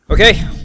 Okay